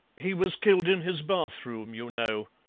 he was killed in his bathroom, you know.